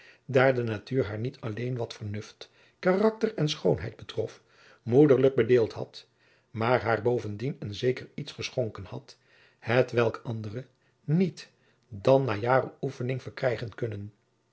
daar de natuur haar niet alleen wat vernuft karakter en schoonheid betrof moederlijk bedeeld had maar haar bovendien een zeker iets geschonken had hetwelk andere niet dan na jaren oefening verkrijgen kunnen